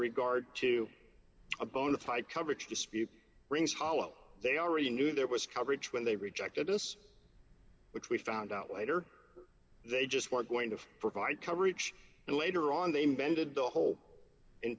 regard to a bona fide coverage rings hollow they already knew there was coverage when they rejected us which we found out later they just weren't going to provide coverage and later on they mended the hole in